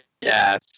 yes